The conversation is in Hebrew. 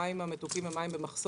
המים המתוקים הם מים במחסור.